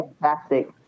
fantastic